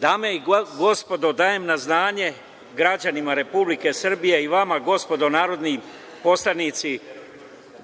Dame i gospodo, dajem na znanje građanima Republike Srbije i vama, gospodo narodni poslanici,